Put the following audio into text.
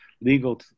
legal